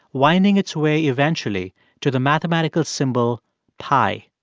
winding its way eventually to the mathematical symbol pi.